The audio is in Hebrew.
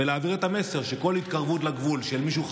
להעביר את המסר: כל התקרבות לגבול של מישהו חמוש,